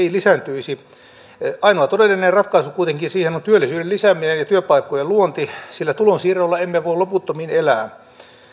ei lisääntyisi ainoa todellinen ratkaisu siihen on kuitenkin työllisyyden lisääminen ja työpaikkojen luonti sillä tulonsiirroilla emme voi loputtomiin elää